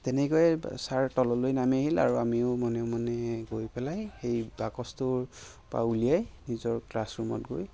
তেনেকৈয়ে ছাৰ তললৈ নামি আহিল আৰু আমিও মনে মনে গৈ পেলাই সেই বাকচটোৰ পৰা উলিয়াই নিজৰ ক্লাছ ৰুমত গৈ